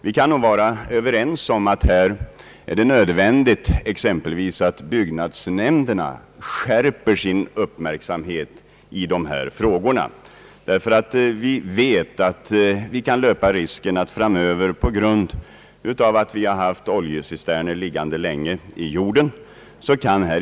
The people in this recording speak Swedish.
Vi kan nog vara överens om att det är nödvändigt att t.ex. byggnadsnämnderna skärper sin uppmärksamhet i dessa frågor.